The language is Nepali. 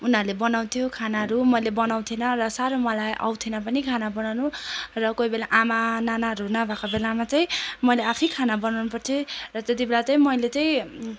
उनीहरूले बनाउँथ्यो खानाहरू मैले बनाउँथिएन र साह्रो मलाई आउँथिएन पनि खाना बनाउनु र कोही बेला आमा नानाहरू नभएको बेलामा चाहिँ मैले आफैले खाना बनाउनुपर्थ्यो र त्यति बेला चाहिँ मैले चाहिँ